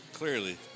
Clearly